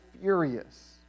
furious